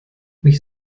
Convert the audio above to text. mich